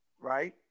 Right